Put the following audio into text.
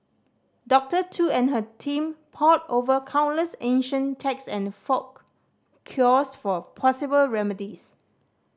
Doctor Tu and her team pored over countless ancient text and folk cures for possible remedies